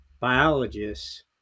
biologists